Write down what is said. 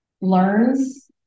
learns